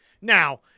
Now